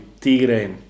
Tigre